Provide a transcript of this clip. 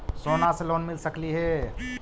सोना से लोन मिल सकली हे?